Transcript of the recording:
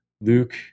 Luke